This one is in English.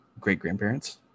great-grandparents